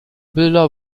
bilder